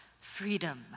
freedom